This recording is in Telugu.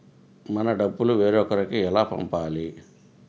మన డబ్బులు వేరొకరికి ఎలా పంపాలి?